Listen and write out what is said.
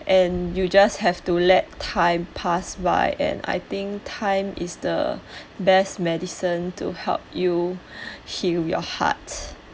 and you just have to let time pass by and I think time is the best medicine to help you heal your heart